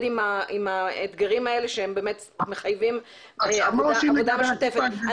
עם האתגרים האלה שהם באמת מחייבים עבודה משותפת.